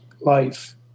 life